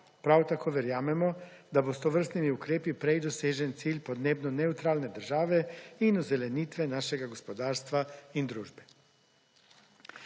Prav tako verjamemo, da bo s tovrstnimi ukrepi prej dosežen cilj podnebno nevtralne države in ozelenitve našega gospodarstva in družbe.